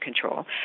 control